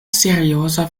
serioza